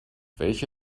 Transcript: welche